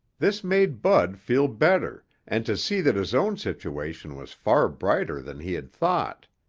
this made bud feel better and to see that his own situation was far brighter than he had thought.